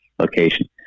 location